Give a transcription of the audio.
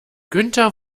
günther